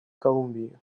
колумбии